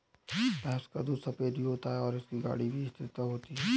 भैंस का दूध सफेद भी होता है और इसकी गाढ़ी स्थिरता होती है